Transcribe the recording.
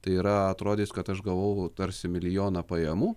tai yra atrodys kad aš gavau tarsi milijoną pajamų